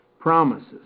Promises